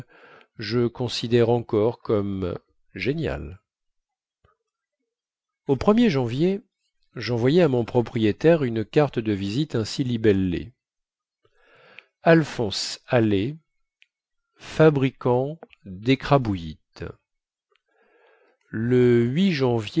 je considère encore comme génial au er janvier jenvoyai à mon propriétaire une carte de visite ainsi libellée alphonse allais fabricant décrabouillite le janvier